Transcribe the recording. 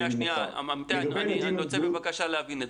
אמיתי, אני רוצה רגע להבין: